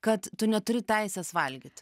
kad tu neturi teisės valgyt